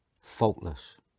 faultless